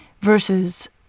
versus